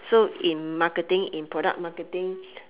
so in marketing in product marketing